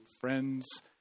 friends